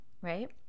right